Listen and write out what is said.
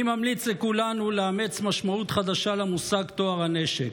אני ממליץ לכולנו לאמץ משמעות חדשה למושג "טוהר הנשק":